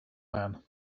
man